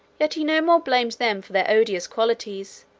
yet he no more blamed them for their odious qualities,